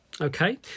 okay